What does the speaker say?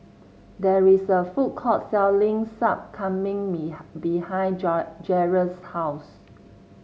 there is a food court selling Sup Kambing behind Jerrel's house